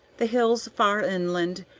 the hills far inland,